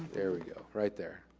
there we go, right there.